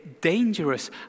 dangerous